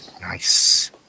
Nice